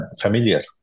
familiar